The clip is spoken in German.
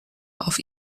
auf